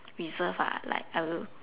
reserved lah like I will